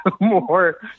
more